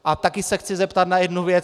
A taky se chci zeptat na jednu věc.